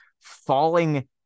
falling